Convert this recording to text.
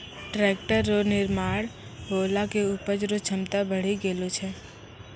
tractor रो निर्माण होला से उपज रो क्षमता बड़ी गेलो छै